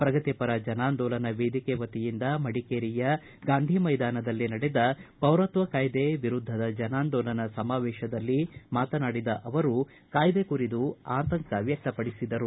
ಪ್ರಗತಿಪರ ಜನಾಂದೋಲನ ವೇದಿಕೆ ವತಿಯಿಂದ ಮಡಿಕೇರಿಯ ಗಾಂಧಿ ಮೈದಾನದಲ್ಲಿ ನಡೆದ ಪೌರತ್ವ ಕಾಯ್ದೆ ವಿರುದ್ದದ ಜನಾಂದೋಲನ ಸಮಾವೇತದಲ್ಲಿ ಮಾತನಾಡಿದ ಅವರು ಕಾಯ್ದೆ ಕುರಿತು ಆತಂಕ ವ್ಯಕ್ತಪಡಿಸಿದರು